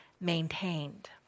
maintained